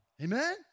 Amen